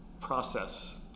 process